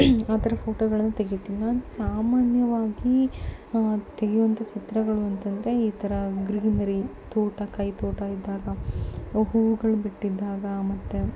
ಆ ಥರ ಫೋಟೋಗಳನ್ನು ತೆಗಿತೀನಿ ನಾನು ಸಾಮಾನ್ಯವಾಗಿ ತೆಗೆಯುವಂತಹ ಚಿತ್ರಗಳು ಅಂತಂದರೆ ಈ ಥರ ಗ್ರೀನರಿ ತೋಟ ಕೈತೋಟ ಇದ್ದಾಗ ಅವು ಹೂಗಳು ಬಿಟ್ಟಿದ್ದಾಗ ಮತ್ತೆ